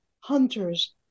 hunter's